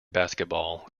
basketball